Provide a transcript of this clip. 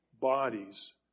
bodies